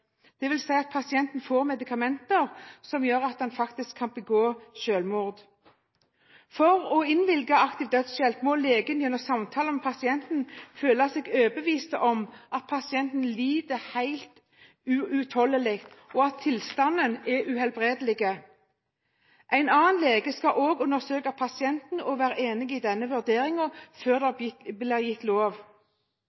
at pasienten får medikamenter som gjør at en faktisk kan begå selvmord. For at aktiv dødshjelp skal innvilges, må legen, gjennom samtaler med pasienten, føle seg overbevist om at pasienten lider helt uutholdelig, og at tilstanden er uhelbredelig. En annen lege skal òg undersøke pasienten og må være enig i denne vurderingen før det